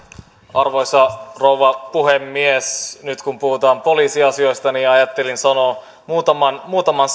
arvoisa rouva puhemies nyt kun puhutaan poliisiasioista niin ajattelin sanoa muutaman muutaman